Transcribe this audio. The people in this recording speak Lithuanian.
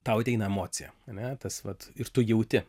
tau ateina emocija ane tas vat ir tu jauti